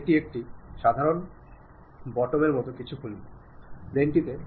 ആശയവിനിമയം നടത്തുമ്പോൾ നമുക്കുണ്ടായ കുറച്ചു അനുഭവഅനുഭവങ്ങളെപ്പറ്റി പറയുന്നു